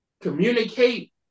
communicate